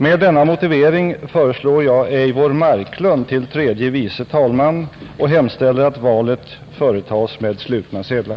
Med denna motivering föreslår jag Eivor Marklund till tredje vice talman och hemställer att valet företas med slutna sedlar.